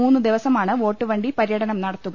മൂന്ന് ദിവസമാണ് വോട്ടുവണ്ടി പര്യടനം നടത്തുക